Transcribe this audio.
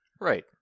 Right